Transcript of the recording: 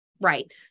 Right